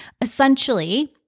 Essentially